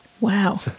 Wow